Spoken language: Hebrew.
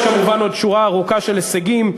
יש כמובן עוד שורה ארוכה של הישגים.